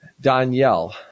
Danielle